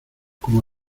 como